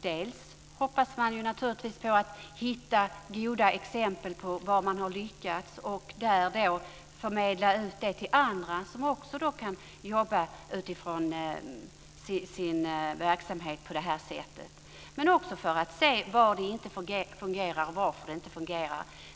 Dels hoppas man naturligtvis att hitta goda exempel där detta har lyckats och förmedla ut det till andra, som då också kan jobba på det sättet i sin verksamhet, dels vill man se var det inte fungerar och varför det inte fungerar.